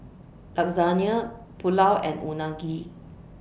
Lasagne Pulao and Unagi